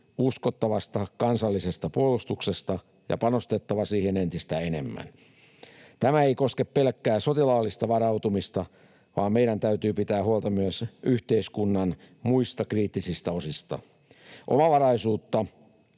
uskottavasta kansallisesta puolustuksesta ja panostettava siihen entistä enemmän. Tämä ei koske pelkkää sotilaallista varautumista, vaan meidän täytyy pitää huolta myös yhteiskunnan muista kriittisistä osista. Omavaraisuutta